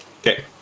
Okay